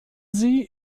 sie